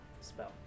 spell